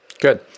good